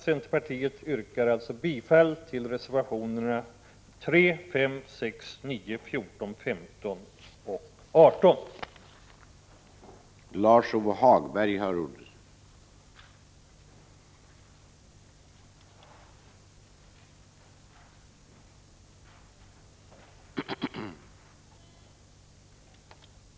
Centerpartiet yrkar bifall till reservationerna 3, 5,6,9, 14,15 och 18.